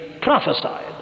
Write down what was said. prophesied